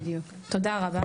בדיוק, תודה רבה.